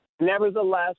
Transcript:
Nevertheless